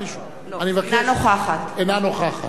אינה נוכחת רוחמה אברהם-בלילא,